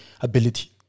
ability